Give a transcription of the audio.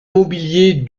mobilier